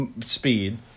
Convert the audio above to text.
speed